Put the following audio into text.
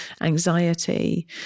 anxiety